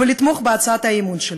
ולתמוך בהצעת האי-אמון שלי.